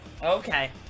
Okay